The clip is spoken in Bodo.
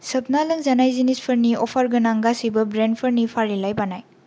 सोबना लोंजानाय जिनिसफोरनि अफारगोनां गासैबो ब्रेन्डफोरनि फारिलाइ बानाय